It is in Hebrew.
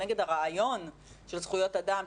נגד הרעיון של זכויות אדם,